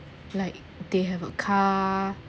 like they have a car